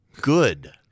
good